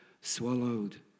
swallowed